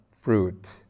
fruit